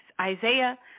isaiah